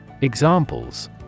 Examples